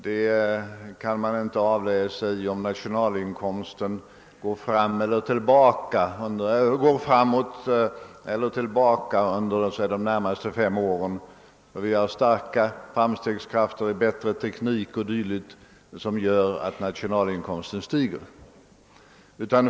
Detta kan inte avläsas av om nationalinkomsten någon gång i framtiden har gått framåt eller tillbaka under de närmast föregående fem åren. Starka framstegskrafter och bättre teknik gör att nationalinkomsten stiger.